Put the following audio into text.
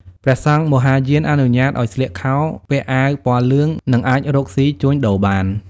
ព្រះសង្ឃមហាយានអនុញ្ញាតឱ្យស្លៀកខោ ពាក់អាវពណ៌លឿង និងអាចរកស៊ីជួញដូរបាន។